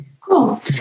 Cool